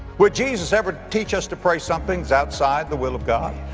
would jesus ever teach us to pray something that's outside the will of god?